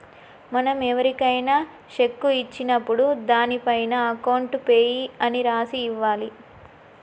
మనం ఎవరికైనా శెక్కు ఇచ్చినప్పుడు దానిపైన అకౌంట్ పేయీ అని రాసి ఇవ్వాలి